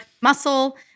muscle